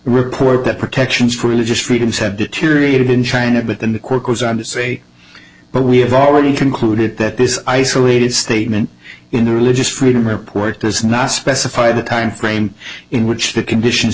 report that protections for religious freedoms have deteriorated in china but then the court was on to say but we have already concluded that this isolated statement in religious freedom report does not specify the timeframe in which the conditions